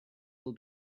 will